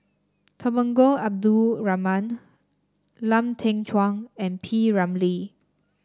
Temenggong Abdul Rahman Lau Teng Chuan and P Ramlee